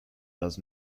does